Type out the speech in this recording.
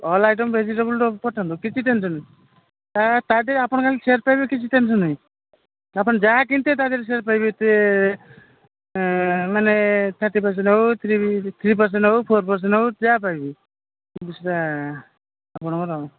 all item vegetable ପଠାନ୍ତୁ କିଛି tension ନାହିଁ ତା ଠେଇଁ ଆପଣ ଖାଲି ସେୟାର୍ ପାଇବେ କିଛି ଟେନ୍ସନ୍ ନାଇଁ ଆପଣ ଯାହା କିମନ୍ତେ ତା ଦେହରେ ସେୟାର୍ ପାଇବେ ମାନେ ଥାର୍ଟି ପର୍ସେଣ୍ଟ ହଉ ଥ୍ରୀ ଥ୍ରୀ ପରସେଣ୍ଟ ହଉ ଫୋର୍ ପର୍ସେଣ୍ଟ ହଉ ଯାହା ପାଇବେ ସେଇଟା ଆପଣଙ୍କର ଆଉ